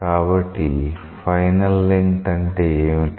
కాబట్టి final length అంటే ఏంటి